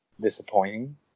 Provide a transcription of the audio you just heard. disappointing